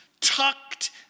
tucked